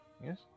Yes